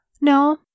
No